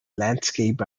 landscape